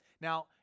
Now